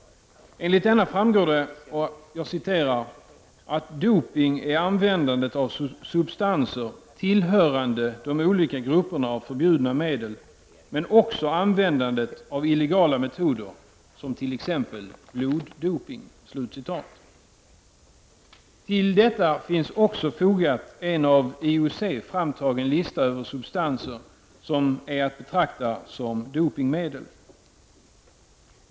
Enligt denna framgår det att ”dopning är användandet av substanser tillhörande de olika grupperna av förbjudna medel, men också användandet av illegala metoder, som t.ex. bloddopning”. Till detta finns också fogat en av IOC framtagen lista över substanser som är att betrakta som dopningsmedel.